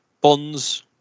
Bonds